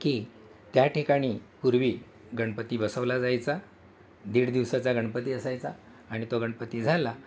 की त्या ठिकाणी पूर्वी गणपती बसवला जायचा दीड दिवसाचा गणपती असायचा आणि तो गणपती झाला